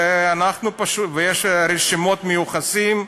ויש רשימות מיוחסים.